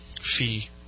fee